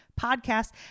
Podcast